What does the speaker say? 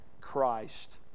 Christ